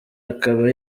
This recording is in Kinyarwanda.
akaba